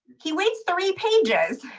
he waits three pages.